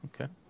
Okay